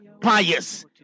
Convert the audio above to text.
pious